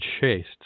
chased